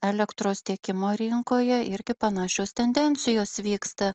elektros tiekimo rinkoje irgi panašios tendencijos vyksta